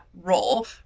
role